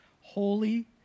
holy